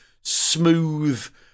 smooth